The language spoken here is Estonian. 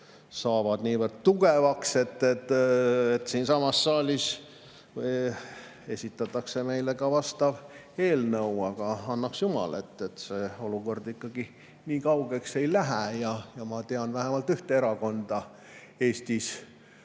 saavad niivõrd tugevaks, et siinsamas saalis esitatakse meile ka vastav eelnõu. Aga annaks jumal, et see olukord ikkagi nii kaugele ei lähe. Ja ma tean vähemalt ühte erakonda Eestis,